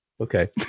Okay